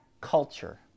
culture